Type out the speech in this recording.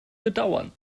bedauern